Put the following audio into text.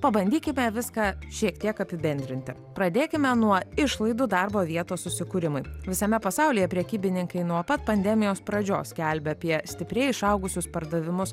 pabandykime viską šiek tiek apibendrinti pradėkime nuo išlaidų darbo vietos susikūrimui visame pasaulyje prekybininkai nuo pat pandemijos pradžios skelbia apie stipriai išaugusius pardavimus